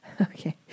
Okay